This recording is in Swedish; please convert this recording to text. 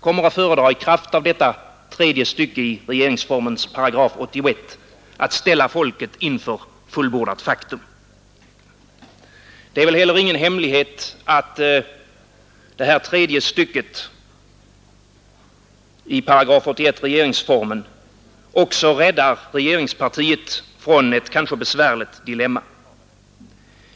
kommer att föredra — i kraft av detta tredje stycke i regeringsformens § 81 — att ställa folket inför fullbordat faktum, Det är väl heller ingen hemlighet att detta tredje stycke i 81 § regeringsformen också räddar regeringspartiet från ett kanske besvärligt dilemma.